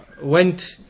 went